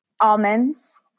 almonds